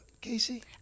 Casey